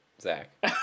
zach